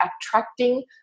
attracting